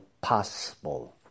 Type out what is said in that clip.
possible